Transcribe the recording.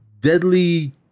deadly